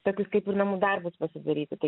tokius kaip ir namų darbus pasidaryti tai